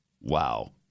Wow